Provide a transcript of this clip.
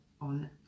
on